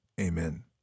Amen